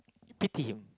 pity him